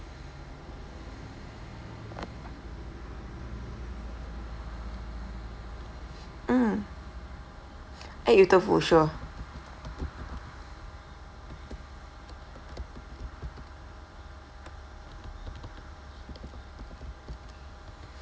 mm add you tofu sure